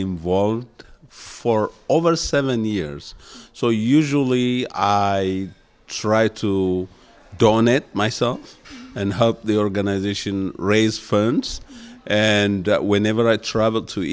involved for over seven years so usually i try to dawn it myself and help the organization raise funds and whenever i travel to